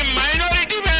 minority